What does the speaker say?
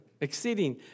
exceeding